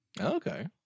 Okay